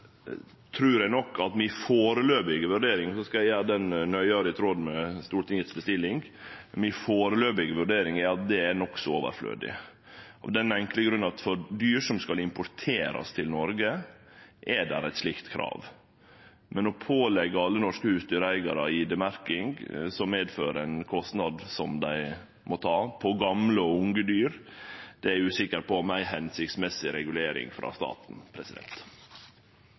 trur eg nok at mi førebelse vurdering – eg skal gjere vurderinga nøyare i tråd med bestillinga frå Stortinget – er at det er nokså overflødig, av den enkle grunn at for dyr som skal importerast til Noreg, er det eit slikt krav. Å påleggje alle norske husdyreigarar id-merking, som medfører ein kostnad som dei må ta, på gamle og unge dyr, er eg usikker på om er ei hensiktsmessig regulering frå staten.